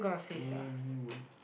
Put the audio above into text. anywhere